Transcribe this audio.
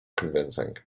convincing